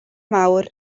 mawr